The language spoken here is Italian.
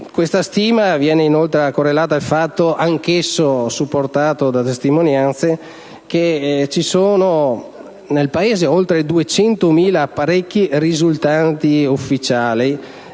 Questa stima viene inoltre correlata al fatto, anch'esso supportato da testimonianze, che nel Paese vi sono oltre 200.000 apparecchi ufficiali